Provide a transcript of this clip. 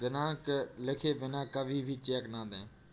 दिनांक लिखे बिना कभी भी चेक न दें